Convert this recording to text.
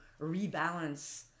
rebalance